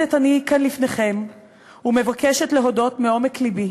עומדת אני כאן לפניכם ומבקשת להודות מעומק לבי